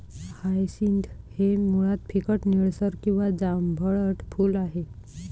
hyacinth हे मुळात फिकट निळसर किंवा जांभळट फूल आहे